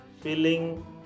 filling